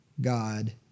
God